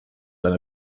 eine